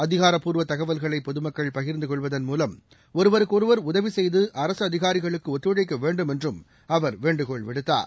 அதிகாரப்பூர்வ தகவல்களை பொதுமக்கள் பகிர்ந்து கொள்வதள் மூலம் ஒருவருக்கொருவர் உதவி செய்து அரசு அதிகாரிகளுக்கு ஒத்துழைக்க வேண்டும் என்றும் அவர் வேண்டுகோள் விடுத்தார்